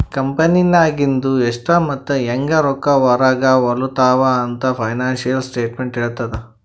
ಕಂಪೆನಿನಾಗಿಂದು ಎಷ್ಟ್ ಮತ್ತ ಹ್ಯಾಂಗ್ ರೊಕ್ಕಾ ಹೊರಾಗ ಹೊಲುತಾವ ಅಂತ್ ಫೈನಾನ್ಸಿಯಲ್ ಸ್ಟೇಟ್ಮೆಂಟ್ ಹೆಳ್ತುದ್